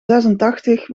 zesentachtig